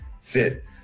fit